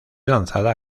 lanzada